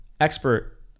expert